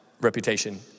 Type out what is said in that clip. reputation